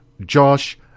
Josh